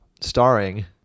starring